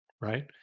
right